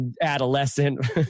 adolescent